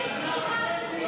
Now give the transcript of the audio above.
צבועות,